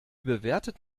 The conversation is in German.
bewertet